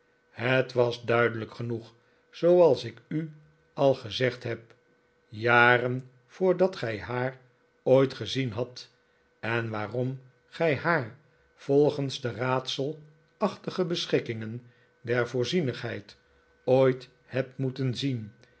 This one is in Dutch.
het was duidelijk genoeg zooals ik u al gezegd heb jaren voordat gij haar ooit gezien hadt en waarom gij haar volgens de raadselachtige beschikkingen der voorzienigheid ooit hebt moeten zien